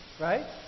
right